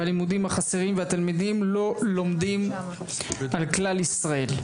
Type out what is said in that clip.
והלימודים החסרים התלמידים לא לומדים על כלל ישראל.